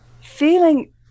feeling